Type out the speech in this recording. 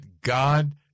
God